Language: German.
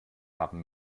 haben